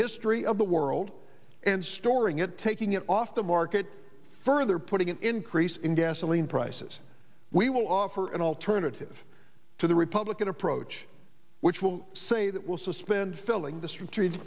history of the world and storing it taking it off the market further putting an increase in gasoline prices we will offer an alternative to the republican approach which will say that will suspend filling